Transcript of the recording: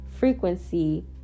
Frequency